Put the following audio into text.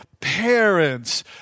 parents